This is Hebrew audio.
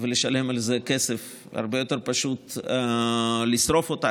ולשלם על זה כסף הרבה יותר פשוט לשרוף אותה.